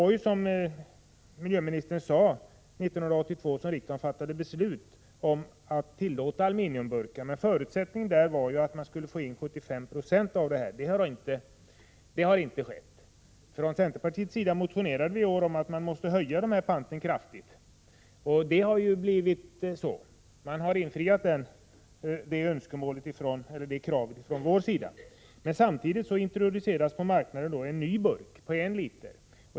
Som miljöministern sade fattade riksdagen beslut 1982 om att tillåta aluminiumburkar, men förutsättningen var att återvinningen skulle uppgå till minst 75 20. Det har inte uppnåtts. Från centerpartiets sida motionerade vi i år om att man skulle höja panten kraftigt, och så har också skett; man har tillgodosett det kravet från oss. Men samtidigt introduceras på marknaden en ny burk på en liter.